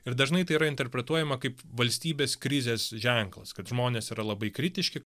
ir dažnai tai yra interpretuojama kaip valstybės krizės ženklas kad žmonės yra labai kritiški